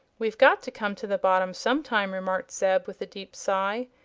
we've got to come to the bottom some time, remarked zeb, with a deep sigh.